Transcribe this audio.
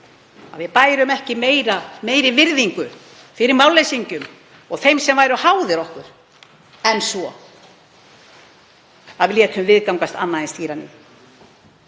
við bærum ekki meiri virðingu fyrir málleysingjum og þeim sem væru háðir okkur en svo að við létum viðgangast annað eins dýraníð.